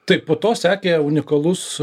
taip po to sekė unikalus